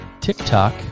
TikTok